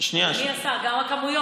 אדוני השר, גם הכמויות.